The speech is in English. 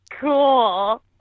Cool